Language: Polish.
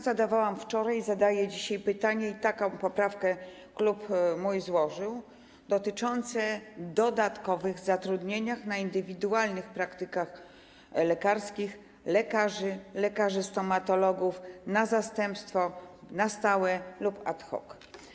Zadawałam wczoraj i zadaję dzisiaj pytanie - i taką poprawkę złożył mój klub - dotyczące dodatkowych zatrudnień na indywidualnych praktykach lekarskich lekarzy, lekarzy stomatologów na zastępstwo, na stałe lub ad hoc.